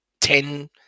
ten